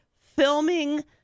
filming